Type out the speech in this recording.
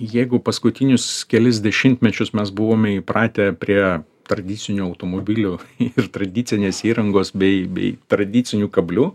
jeigu paskutinius kelis dešimtmečius mes buvome įpratę prie tradicinių automobilių ir tradicinės įrangos bei bei tradicinių kablių